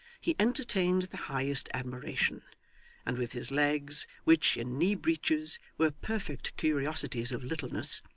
he entertained the highest admiration and with his legs, which, in knee-breeches, were perfect curiosities of littleness,